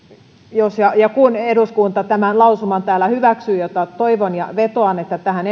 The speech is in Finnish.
jos ja ja kun eduskunta tämän lausuman täällä hyväksyy mitä toivon ja vetoan että tähän